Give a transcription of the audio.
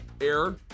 air